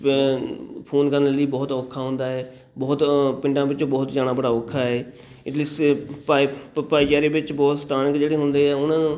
phone ਕਰਨੇ ਲਈ ਬਹੁਤ ਔਖਾ ਹੁੰਦਾ ਹੈ ਬਹੁਤ ਪਿੰਡਾਂ ਵਿੱਚ ਬਹੁਤ ਜਾਣਾ ਬੜਾ ਔਖਾ ਹੈ ਭਾਈ ਭ ਭਾਈਚਾਰੇ ਵਿੱਚ ਬਹੁਤ ਸਥਾਨਿਕ ਜਿਹੜੇ ਹੁੰਦੇ ਹੈ ਉਹਨਾਂ ਨੂੰ